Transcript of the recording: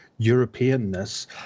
Europeanness